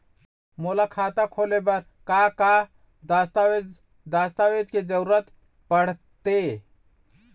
मोला खाता खोले बर का का दस्तावेज दस्तावेज के जरूरत पढ़ते?